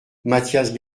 mathias